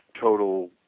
total